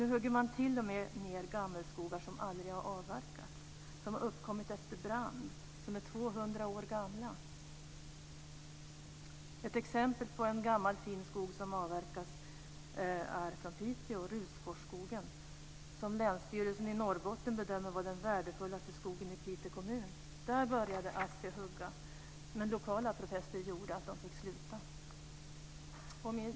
Nu hugger man t.o.m. ned gammelskogar som aldrig har avverkats, som har uppkommit efter brand, som är Ett exempel på en gammal fin skog som avverkas är Rusforsskogen i Piteå, som länsstyrelsen i Norrbotten bedömer vara den värdefullaste skogen i Piteå kommun. Där började Assi hugga, men lokala protester gjorde att de fick sluta.